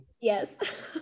yes